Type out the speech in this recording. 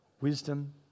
wisdom